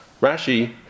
Rashi